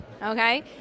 Okay